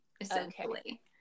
essentially